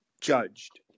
judged